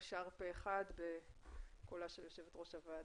אין הצו אושר אושר פה אחד בקולה של יושבת ראש הוועדה.